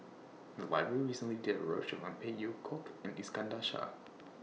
The Library recently did A roadshow on Phey Yew Kok and Iskandar Shah